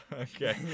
Okay